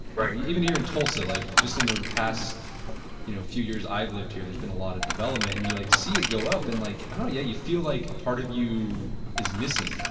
right even here in tulsa, like, just in the past you know few years i've lived here, there's been a lot of development, and you like see it go up and like i know yeah, you feel like a part of you is missing,